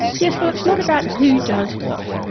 yes, well it's not about who does what.